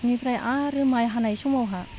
इनिफ्राय आरो माइ हानाय समावहा